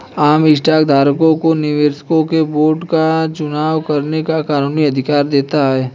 आम स्टॉक धारकों को निर्देशकों के बोर्ड का चुनाव करने का कानूनी अधिकार देता है